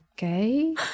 okay